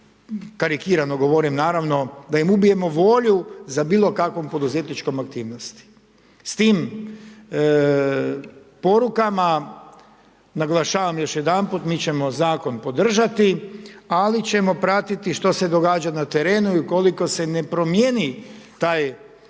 karikiramo govorim, naravno, da im ubijemo volju za bilo kakvom poduzetničkom aktivnosti. S tim, porukama naglašavam još jedanput, mi ćemo zakon podržati, ali ćemo pratiti što se dešava na terenu i ukoliko se ne promijeni taj način